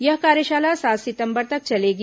यह कार्यशाला सात सितम्बर तक चलेगी